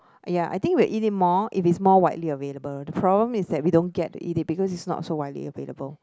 ya I think will eat it more it is more widely available the problem is that we don't get to eat it because it's not so widely available